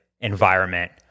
environment